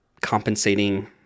compensating